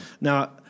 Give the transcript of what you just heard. Now